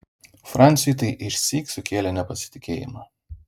franciui tai išsyk sukėlė nepasitikėjimą